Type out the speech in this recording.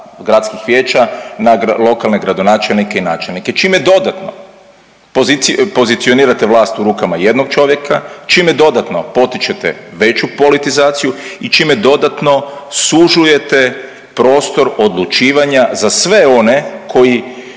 gradskih vijeća na lokalne gradonačelnike i načelnike čime dodatno pozicionirate vlast u rukama jednog čovjeka, čime dodatno potičete veću politizaciju i čime dodatno sužujete prostor odlučivanja za sve one koji